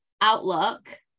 Outlook